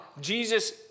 Jesus